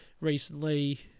recently